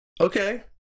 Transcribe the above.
Okay